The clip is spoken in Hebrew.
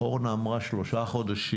אורנה אמרה שלושה חודשים.